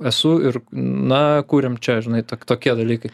esu ir na kuriam čia žinai to tokie dalykai